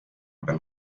peal